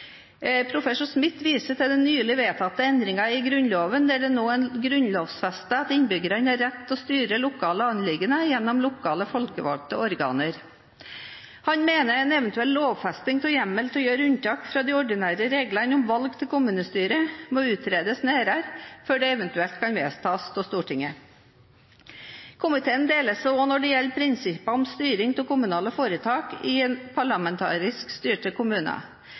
Professor Smith viser til den nylig vedtatte endringen i Grunnloven, hvor det nå er grunnlovfestet at innbyggerne har rett til å styre lokale anliggender gjennom lokale folkevalgte organer. Han mener en eventuell lovfesting av hjemmel til å gjøre unntak fra de ordinære reglene om valg til kommunestyre må utredes nærmere før det eventuelt kan vedtas av Stortinget. Komiteen deler seg også når det gjelder prinsippene for styring av kommunale foretak i parlamentarisk styrte